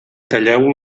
talleu